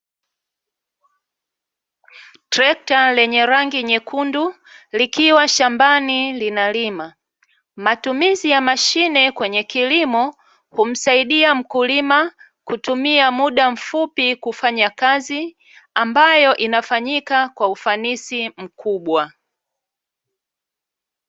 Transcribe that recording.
Trekta lenye rangi nyekundu likiwa shambani linalima, matumizi ya mashine kwenye kilimo humsaidia mkulima kutumia muda mfupi kufanya kazi, ambayo inafanyika kwa ufanisi mkubwa.